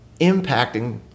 impacting